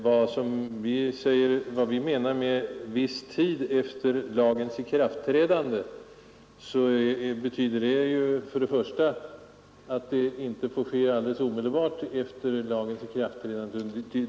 Vad vi menar med ”viss tid efter lagens ikraftträdande” är först och främst att undersökningen inte får göras omedelbart efter lagens ikraftträdande.